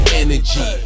energy